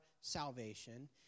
salvation